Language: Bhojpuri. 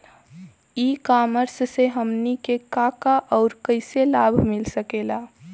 ई कॉमर्स से हमनी के का का अउर कइसन लाभ मिल सकेला?